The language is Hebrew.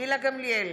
גילה גמליאל,